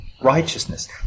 righteousness